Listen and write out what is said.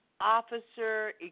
officer